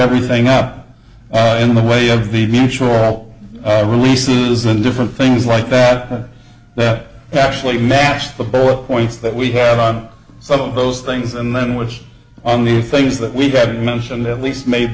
everything up in the way of the mutual releases and different things like that that actually matched the bullet points that we have on some of those things and then which on the things that we haven't mentioned at least made